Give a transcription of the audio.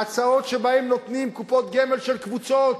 ההצעות שבהן נותנים קופות גמל של קבוצות